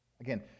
Again